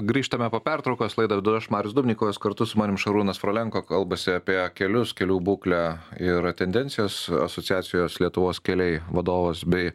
grįžtame po pertraukos laidą vedu aš marius dubnikovas kartu su manim šarūnas frolenko kalbasi apie kelius kelių būklę ir tendencijas asociacijos lietuvos keliai vadovas bei